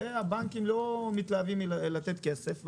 והבנקים לא מתלהבים לתת כסף,